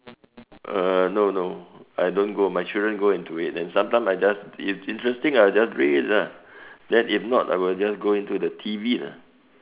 err no no I don't go my children go into it then some time I just if interesting I'll just read it lah then if not I will just go into the T_V lah